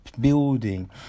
building